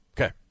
Okay